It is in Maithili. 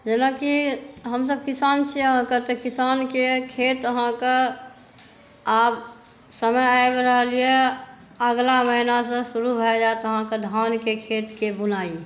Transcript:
जेना की हमसभ किसान छियै अहाँके तऽ किसानके खेत अहाँके आब समय आबि रहल यऽ अगला महिनासॅं शुरू भए जायत अहाँके धानके खेतके बुनाई